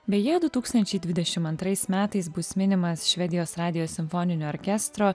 beje du tūkstančiai dvidešim antrais metais bus minimas švedijos radijo simfoninio orkestro